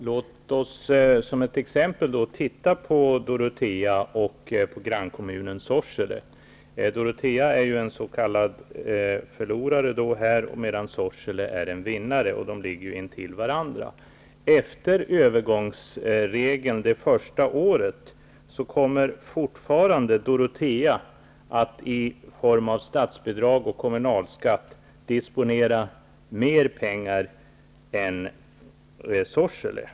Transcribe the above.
Herr talman! Låt oss titta på Dorotea och grannkommunen Sorsele som exempel. Dorotea är en s.k. förlorare, medan Sorsele är en vinnare. Dorotea fortfarande att i statsbidrag och kommunalskatt disponera mer pengar än Sorsele.